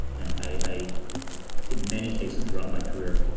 and i in many cases throughout my career,